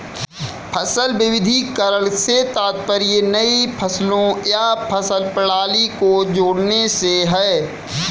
फसल विविधीकरण से तात्पर्य नई फसलों या फसल प्रणाली को जोड़ने से है